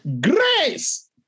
Grace